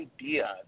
idea